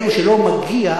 אלה שלא מגיע,